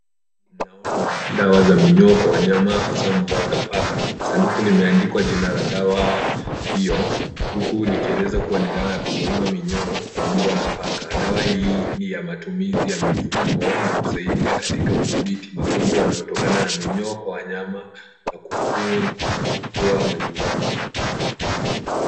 Tunaona dawa za minyoo kwa wanyama hasa mbwa na paka. Sanduku limeandikwa jina la dawa hio, huku likieleza kuwa ni dawa la kuwauwa minyoo kwa mbwa na paka. Dawa hii ni ya matumizi ya mifugo na husaidia katika kudhibiti magonjwa yanayotokana na minyoo kwa wanyama na kufugwa manyumbani.